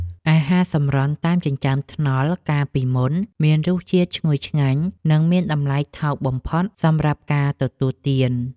អាហារសម្រន់តាមចិញ្ចើមថ្នល់កាលពីមុនមានរសជាតិឈ្ងុយឆ្ងាញ់ និងមានតម្លៃថោកបំផុតសម្រាប់ការទទួលទាន។